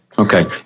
Okay